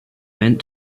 went